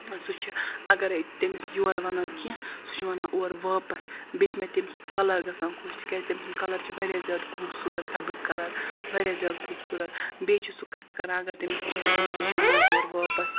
سُہ چھُ اَگرَے تٔمِس یورٕ وَنو کیٚنٛہہ سُہ چھُ وَنان اورٕ واپَس بیٚیہِ چھِ مےٚ تٔمۍ سُنٛد کَلَر گژھان خۄش تِکیٛازِ تٔمۍ سُنٛد کَلَر چھِ واریاہ زیادٕ خوٗبصوٗرت سَبٕز کَلَر واریاہ زیادٕ خوٗبصوٗرت بیٚیہِ چھُ سُہ کَتھٕ کَران اگر تٔمِس کیٚنٛہہ وَنو سُہ چھُ وَنان تورٕ واپَس